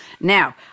Now